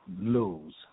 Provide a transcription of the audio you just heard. lose